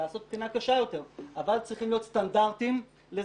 לעשות בחינה קשה יותר אבל צריכים להיות סטנדרטים לזה.